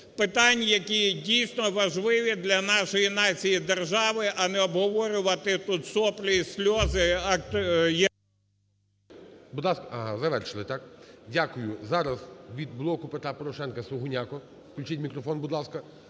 питань, які є дійсно важливі для нашої нації і держави, а не обговорювати тут соплі і сльози...